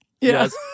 Yes